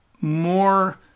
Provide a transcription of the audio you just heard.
more